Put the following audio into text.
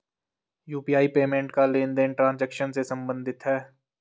UPI payment का लेनदेन transaction से सम्बंधित है